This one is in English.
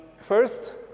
First